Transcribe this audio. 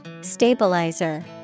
Stabilizer